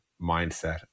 mindset